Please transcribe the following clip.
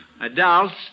adults